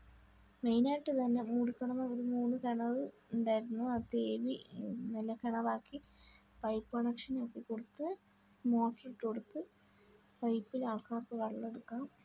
മെയിനായിട്ട് ഇതുതന്നെ മൂടി കിടക്കുന്ന മൂന്ന് കിണർ ഉണ്ടായിരുന്നു അത് തേവി നല്ല കിണറാക്കി പൈപ്പ് കണക്ഷന് ഒക്കെ കൊടുത്ത് മോട്ടോര് ഇട്ടു കൊടുത്ത് പൈപ്പില് ആള്ക്കാര്ക്ക് വെള്ളം എടുക്കാന്